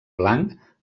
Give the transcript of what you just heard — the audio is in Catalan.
blanc